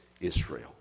Israel